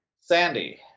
Sandy